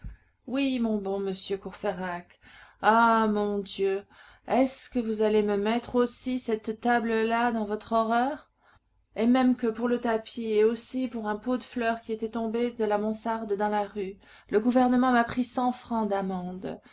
oui mon bon monsieur courfeyrac ah mon dieu est-ce que vous allez me mettre aussi cette table là dans votre horreur et même que pour le tapis et aussi pour un pot de fleurs qui était tombé de la mansarde dans la rue le gouvernement m'a pris cent francs d'amende